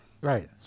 Right